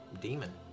demon